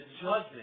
judgment